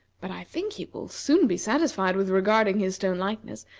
but i think he will soon be satisfied with regarding his stone likeness,